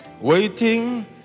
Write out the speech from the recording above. waiting